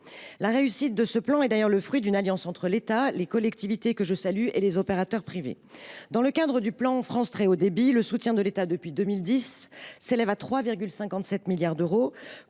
La réussite de ce plan est d’ailleurs le fruit d’une alliance entre l’État, les collectivités, que je salue, et les opérateurs privés. Dans le cadre du plan France Très Haut Débit, le soutien de l’État depuis 2010 s’élève à 3,57 milliards d’euros.